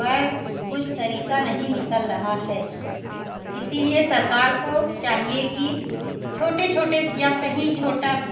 पर कुछ तरीक़ा नहीं निकल रहा है इसीलिए सरकार को चाहिए कि छोटे छोटे या कहीं छोटा